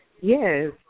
Yes